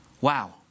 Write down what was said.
Wow